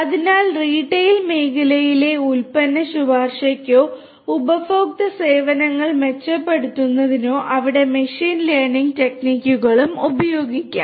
അതിനാൽ റീട്ടെയിൽ മേഖലയിലെ ഉൽപ്പന്ന ശുപാർശയ്ക്കോ ഉപഭോക്തൃ സേവനങ്ങൾ മെച്ചപ്പെടുത്തുന്നതിനോ അവിടെ മെഷീൻ ലേണിംഗ് ടെക്നിക്കുകളും ഉപയോഗിക്കാം